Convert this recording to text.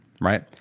right